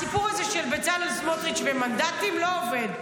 הסיפור הזה של בצלאל סמוטריץ' ומנדטים לא עובד.